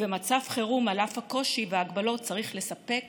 ובמצב חירום, על אף הקושי וההגבלות, צריך לספק